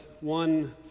one